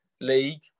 league